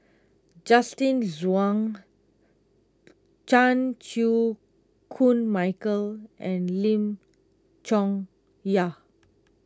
Justin Zhuang Chan Chew Koon Michael and Lim Chong Yah